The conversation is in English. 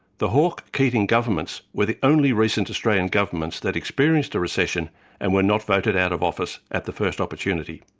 the hawke-keating governments were the only recent australian governments that experienced a recession and were not voted out of office at the first opportunity.